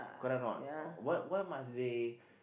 correct a not why why must they